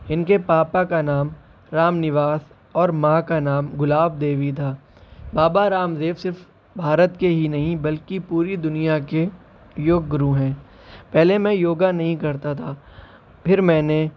ان کے پاپا کا نام رام نواس اور ماں کا نام گلاب دیوی تھا بابا رام دیو صرف بھارت کے ہی نہیں بلکہ پوری دنیا کے یوگ گرو ہیں پہلے میں یوگا نہیں کرتا تھا پھر میں نے